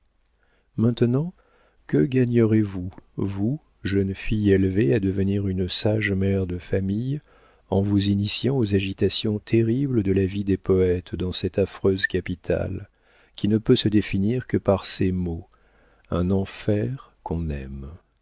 maintenant que gagnerez vous vous jeune fille élevée à devenir une sage mère de famille en vous initiant aux agitations terribles de la vie des poëtes dans cette affreuse capitale qui ne peut se définir que par ces mots un enfer qu'on aime